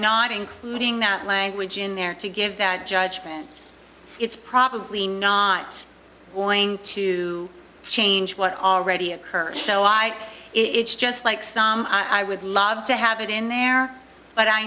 not including that language in there to give that judgment it's probably not going to change what already occurred so i it's just like i would love to have it in there but i